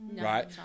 right